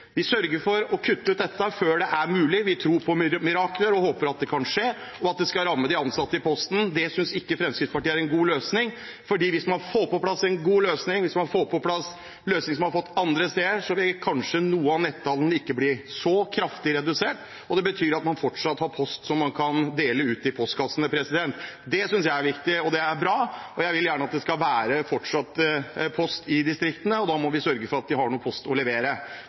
Vi sørger for å kutte ut dette før det er mulig, vi tror på mirakler og håper at det kan skje, og at det skal ramme de ansatte i Posten. Det synes ikke Fremskrittspartiet er en god løsning. Hvis man får på plass en god løsning, hvis man får på plass løsninger man har fått til andre steder, vil kanskje noe av netthandelen ikke bli så kraftig redusert, og det betyr at man fortsatt har post som man kan dele ut i postkassene. Det synes jeg er viktig, og det er bra. Jeg vil gjerne at det fortsatt skal være postombæring i distriktene, og da må vi sørge for at det er noe post å levere.